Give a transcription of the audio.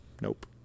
Nope